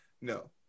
no